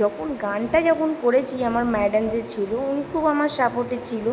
যখন গানটা যখন করেছি আমার ম্যাডাম যে ছিল উনি খুব আমার সাপোর্টে ছিল